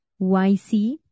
YC